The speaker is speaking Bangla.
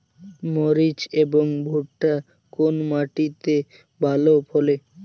মরিচ এবং ভুট্টা কোন মাটি তে ভালো ফলে?